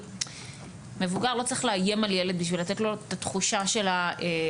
הרי מבוגר לא צריך לאיים על ילד בשביל לתת לו תחושה של איום.